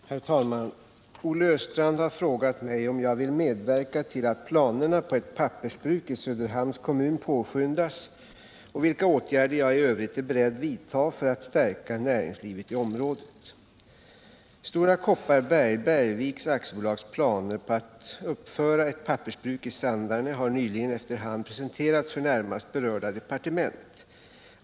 Herr talman! Olle Östrand har frågat mig om jag vill medverka till att planerna på ett pappersbruk i Söderhamns kommun påskyndas och vilka åtgärder jag i övrigt är beredd vidta för att stärka näringslivet i området. Stora Kopparberg-Bergviks AB:s planer på att uppföra ett pappersbruk i Sandarne har nyligen under hand presenterats för närmast berörda departement.